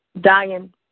dying